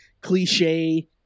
cliche